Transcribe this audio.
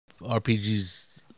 RPGs